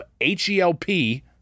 H-E-L-P